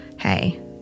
Hey